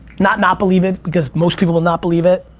not not believe it because most people will not believe it.